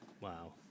Wow